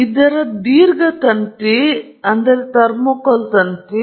ಇದರ ದೀರ್ಘ ತಂತಿ ಥರ್ಮೋಕೂಲ್ ತಂತಿ